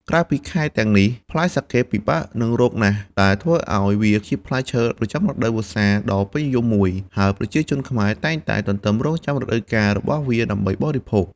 ក្រៅពីខែទាំងនេះ ផ្លែសាកេពិបាកនឹងរកណាស់ ដែលធ្វើឲ្យវាជាផ្លែឈើប្រចាំរដូវវស្សាដ៏ពេញនិយមមួយ ហើយប្រជាជនខ្មែរតែងតែទន្ទឹងរង់ចាំរដូវកាលរបស់វាដើម្បីបរិភោគ។